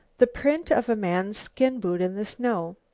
the print of a man's skin-boot in the snow.